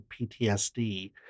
PTSD